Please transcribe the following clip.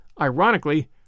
Ironically